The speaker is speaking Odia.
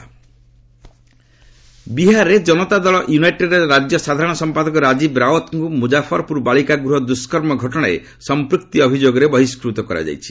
ବିହାର ଏକ୍ନପେଲ୍ଡ୍ ବିହାରରେ କନତାଦଳ ୟୁନାଇଟେଡ୍ର ରାଜ୍ୟ ସାଧାରଣ ସମ୍ପାଦକ ରାଜୀବ୍ ରାଓ୍ୱତ୍ଙ୍କୁ ମୁଜାଫରପୁର୍ ବାଳିକା ଗୃହ ଦୁଷ୍କର୍ମ ଘଟଣାରେ ସମ୍ପୃପକ୍ତି ଅଭିଯୋଗରେ ବହିଷ୍କୃତ କରାଯାଇଛି